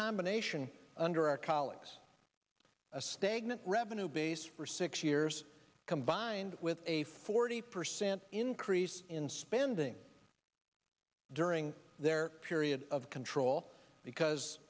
combination under our colleagues a stagnant revenue base for six years combined with a forty percent increase in spending during their period of control because